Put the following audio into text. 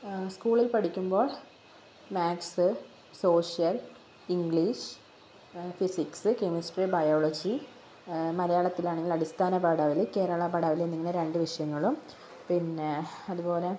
സ്കൂളിൽ പഠിക്കുമ്പോൾ maths social English physics chemistry biology മലയാളത്തിൽ ആണെങ്കിൽ അടിസ്ഥാന പാഠാവലി കേരള പാഠാവലി എന്നിങ്ങനെ രണ്ട് വിഷയങ്ങളും പിന്നെ അതുപോലെ